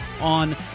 on